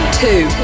two